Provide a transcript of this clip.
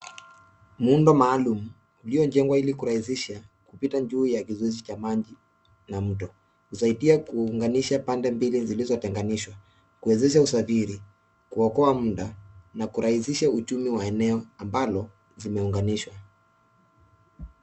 Muundo maalumu, uliojengwa ili kurahisisha kupita, juu ya kizuizi cha maji, na mto. Husaidia kuunganisha pande mbili zilizotenganishwa, kuwezesha usafiri, kuokoa muda, na kurahisisha uchumi wa eneo, ambalo, zimeunganishwa.